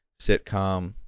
sitcom